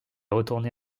retourné